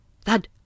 Thud